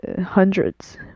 hundreds